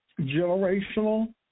Generational